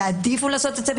יעדיפו לעשות כן,